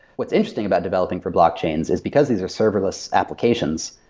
what's interesting about developing for blockchains, is because these are serverless applications,